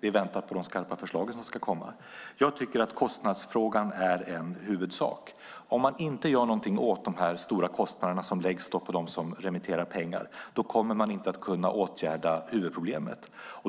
vi väntar på de skarpa förslag som ska komma. Jag tycker att kostnadsfrågan är en huvudsak. Om man inte gör någonting åt de stora kostnader som läggs på dem som remitterar pengar kommer man inte att kunna åtgärda huvudproblemet.